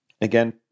Again